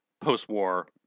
post-war